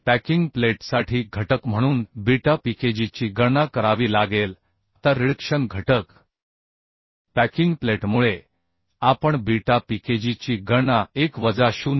packing प्लेटसाठी घटक म्हणून बीटा Pkg ची गणना करावी लागेल आता रिडक्शन घटक पॅकिंग प्लेटमुळे आपण बीटा Pkg ची गणना 1 वजा 0